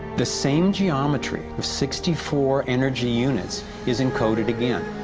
the same geometry of sixty-four energy units is encoded again.